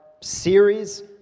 series